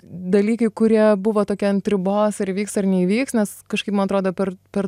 dalykai kurie buvo tokie ant ribos ar įvyks ar neįvyks nes kažkaip man atrodė per per